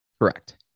Correct